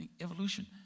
evolution